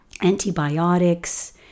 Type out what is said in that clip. antibiotics